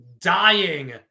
dying